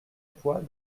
poids